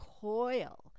coil